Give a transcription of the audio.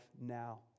now